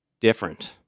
different